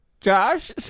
Josh